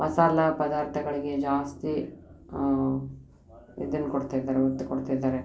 ಮಸಾಲೆ ಪದಾರ್ಥಗಳಿಗೆ ಜಾಸ್ತಿ ಇದನ್ನು ಕೊಡ್ತಾಯಿದಾರೆ ಒತ್ತು ಕೊಡ್ತಾಯಿದ್ದಾರೆ